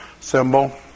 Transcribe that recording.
symbol